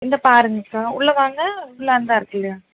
இங்கே பாருங்கக்கா உள்ளே வாங்க உள்ளே அந்தா இருக்குது இல்லையா